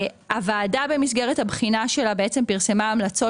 הוועדה במסגרת הבחינה שלה בעצם פרסמה המלצות